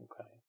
Okay